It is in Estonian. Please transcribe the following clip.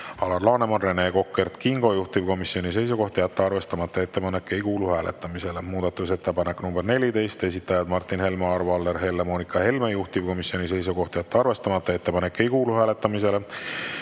Alar Laneman, Rene Kokk, Kert Kingo. Juhtivkomisjoni seisukoht on jätta arvestamata ja ettepanek ei kuulu hääletamisele. Muudatusettepanek nr 14, esitajad Martin Helme, Arvo Aller, Helle-Moonika Helme. Juhtivkomisjoni seisukoht on jätta arvestamata. Ettepanek ei kuulu hääletamisele.